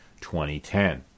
2010